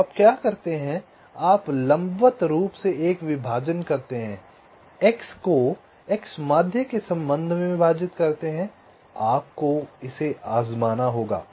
तो आप क्या करते हैं आप लंबवत रूप से एक विभाजन करते हैं x को x माध्य के सम्बन्ध में विभाजित करते हैं आपको इसे आज़माना होगा